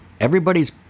everybody's